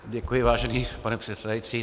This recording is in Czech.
Děkuji, vážený pane předsedající.